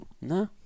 No